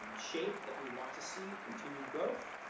and shape that we want to see, continued growth,